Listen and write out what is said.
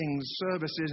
services